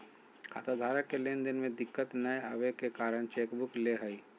खाताधारक के लेन देन में दिक्कत नयय अबे के कारण चेकबुक ले हइ